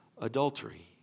adultery